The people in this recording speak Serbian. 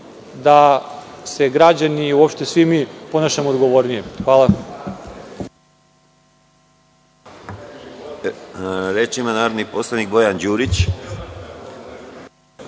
da se građani i uopšte svi mi ponašamo odgovornije. Hvala.